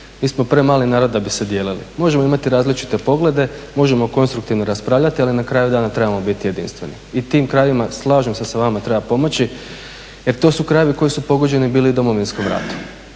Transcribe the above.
Mi smo premali narod da bi se dijelili. Možemo imati različite poglede, možemo konstruktivno raspravljati, ali na kraju dana trebamo biti jedinstveni. I tim krajevima, slažem se sa vama, treba pomoći jer to su krajevi koji su pogođeni bili Domovinskim ratom.